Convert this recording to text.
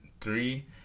three